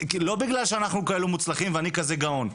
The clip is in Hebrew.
לא בגלל שאנחנו כאלו מוצלחים ואני כזה גאון,